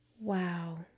Wow